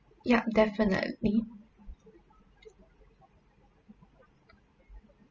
yup definitely